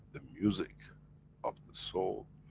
the music of the soul,